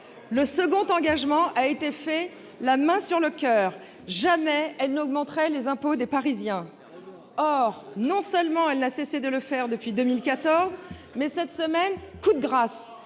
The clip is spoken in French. Le second engagement a été fait la main sur le coeur : jamais elle n'augmenterait les impôts des Parisiens. Or non seulement elle n'a cessé de le faire depuis 2014, mais cette semaine, coup de grâce :